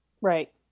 right